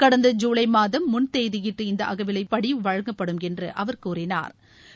கடந்த ஜூலை மாதம் முன் தேதயிட்டு இந்த அகவிவைப்படி வழங்கப்படும் என்றுஅவர் கூறினாா்